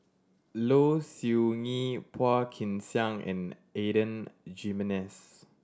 Low Siew Nghee Phua Kin Siang and Adan Jimenez